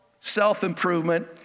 self-improvement